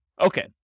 Okay